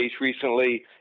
recently